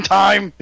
time